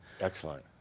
Excellent